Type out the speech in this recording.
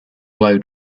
blow